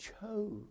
chose